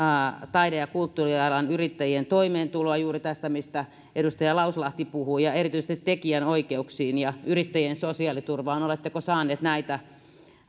taide ja kulttuurialan yrittäjien toimeentuloa juuri tätä mistä edustaja lauslahti puhui erityisesti tekijänoikeuksiin ja yrittäjien sosiaaliturvaan liittyen oletteko saanut